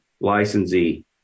licensee